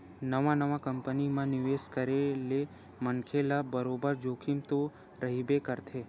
नवा नवा कंपनी म निवेस करे ले मनखे ल बरोबर जोखिम तो रहिबे करथे